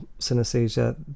synesthesia